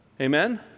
Amen